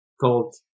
called